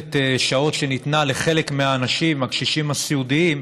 תוספת שעות שניתנה לחלק מהאנשים הקשישים הסיעודיים,